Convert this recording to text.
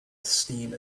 esteem